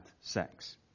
sex